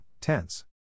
Tense